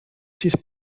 sis